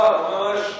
בכפר ממש,